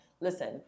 listen